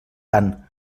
tant